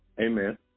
Amen